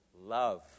love